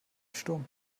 sturm